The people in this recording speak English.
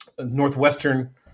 Northwestern